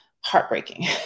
heartbreaking